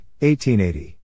1880